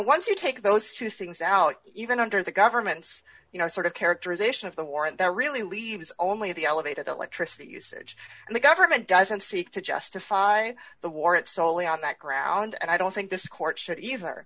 once you take those two things out even under the government's you know sort of characterization of the war there really leaves only the elevated electricity usage and the government doesn't seek to justify the war it soley on that ground and i don't think this court should either